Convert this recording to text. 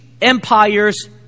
empire's